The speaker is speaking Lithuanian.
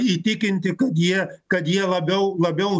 įtikinti kad jie kad jie labiau labiau